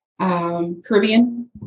Caribbean